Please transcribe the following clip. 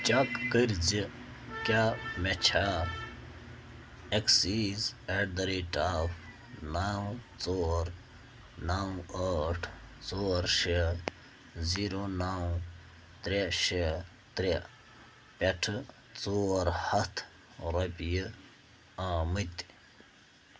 check کٔرۍزِ کیٛاہ مےٚ چھےٚ excise at the rate of نَو ژور نَو ٲٹھ ژور شےٚ زیٖرو نَو ترٛےٚ شےٚ ترٛےٚ پٮ۪ٹھٕ ژور ہَتھ رۄپیہِ آمٕتۍ